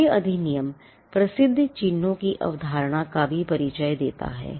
यह अधिनियम प्रसिद्ध चिह्नों की अवधारणा का भी परिचय देता है